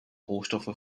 rohstoffe